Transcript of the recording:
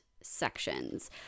sections